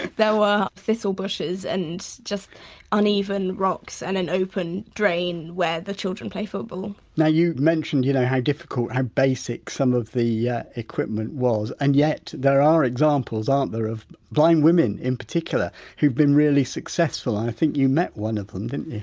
there were thistle bushes and just uneven rocks and an open drain where the children play football now you mentioned you know how difficult, how basic, some of the yeah equipment was and yet there are examples, aren't there, of blind women, in particular, who've been really successful and i think you met one of them didn't you?